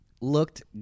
looked